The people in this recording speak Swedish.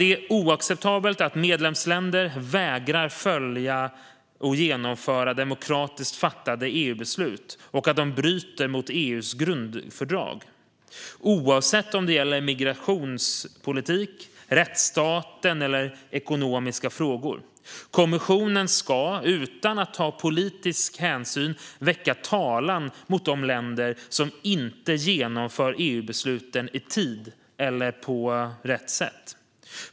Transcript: Det är oacceptabelt att medlemsländer vägrar att följa och genomföra demokratiskt fattade EU-beslut och att de bryter mot EU:s grundfördrag, oavsett om det gäller migrationspolitik, rättsstaten eller ekonomiska frågor. Kommissionen ska, utan att ta politiska hänsyn, väcka talan mot de länder som inte genomför EU-besluten i tid eller på rätt sätt.